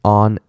on